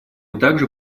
также